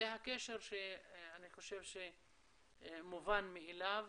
זה הקשר שאני חושב שמובן מאליו,